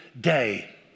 day